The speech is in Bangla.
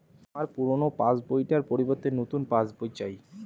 আমার পুরানো পাশ বই টার পরিবর্তে নতুন পাশ বই চাই